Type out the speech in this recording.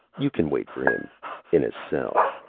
you can wait for him in a cell.